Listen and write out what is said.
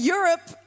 Europe